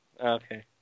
Okay